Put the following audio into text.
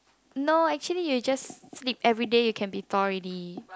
no actually you just sleep everyday you can be tall already